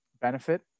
benefit